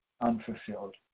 unfulfilled